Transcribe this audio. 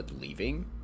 leaving